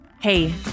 Hey